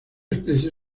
especie